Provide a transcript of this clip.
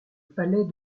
palais